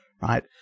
right